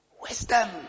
wisdom